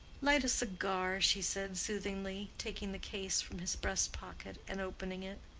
light a cigar, she said, soothingly, taking the case from his breast-pocket and opening it.